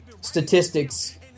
statistics